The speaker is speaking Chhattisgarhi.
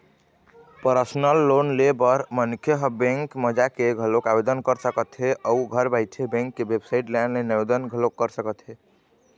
परसनल लोन ले बर मनखे ह बेंक म जाके घलोक आवेदन कर सकत हे अउ घर बइठे बेंक के बेबसाइट ले ऑनलाईन आवेदन घलोक कर सकत हे